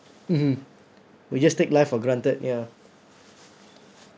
mmhmm we just take life for granted ya